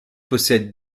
possède